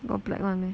got black one meh